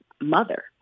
mother